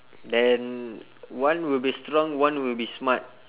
then one will be strong one will be smart